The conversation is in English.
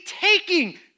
taking